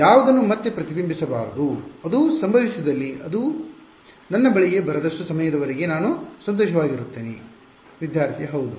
ಯಾವುದನ್ನೂ ಮತ್ತೆ ಪ್ರತಿಬಿಂಬಿಸಬಾರದು ಅದು ಸಂಭವಿಸಿದಲ್ಲಿ ಮತ್ತು ಅದು ನನ್ನ ಬಳಿಗೆ ಬರದಷ್ಟು ಸಮಯದವರೆಗೆ ನಾನು ಸಂತೋಷವಾಗಿರುತ್ತೇನೆ ವಿದ್ಯಾರ್ಥಿ ಹೌದು